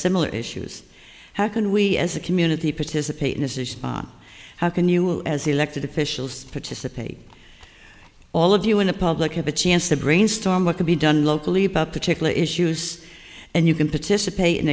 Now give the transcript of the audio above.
similar issues how can we as a community participate in this issue how can you as elected officials participate all of you in the public have a chance to brainstorm what can be done locally pup particular issues and you can participate in